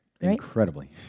Incredibly